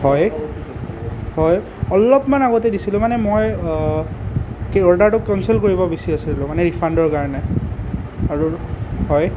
হয় হয় অলপমান আগতে দিছিলোঁ মানে মই কি অৰ্ডাৰটো কেনচেল কৰিব বিচাৰি আছিলোঁ মানে ৰিফাণ্ডৰ কাৰণে আৰু হয়